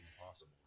impossible